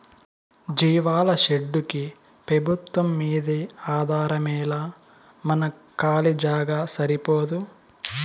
జీవాల షెడ్డుకు పెబుత్వంమ్మీదే ఆధారమేలా మన కాలీ జాగా సరిపోదూ